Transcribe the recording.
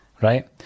right